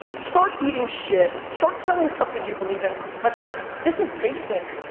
start eating shit, start selling something you believe in. my friends, this is basic,